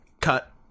cut